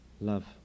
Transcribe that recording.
love